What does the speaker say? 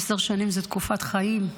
עשר שנים הן תקופת חיים.